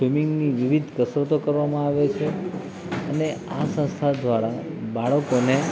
સ્વિમિંગની વિવિધ કસરતો કરવામાં આવે છે અને આ સંસ્થા દ્વારા બાળકોને